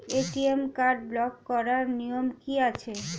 ATM card block করার নিয়ম কি আছে?